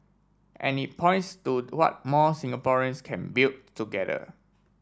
and it points to what more Singaporeans can build together